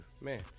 man